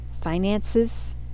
finances